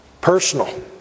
personal